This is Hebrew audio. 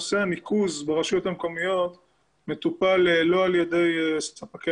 נושא הניקוז ברשויות המקומיות מטופל לא על ידי ספקי